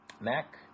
Mac